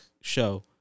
show